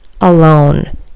alone